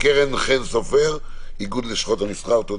קרן חן סופר, איגוד לשכות המסחר, בבקשה.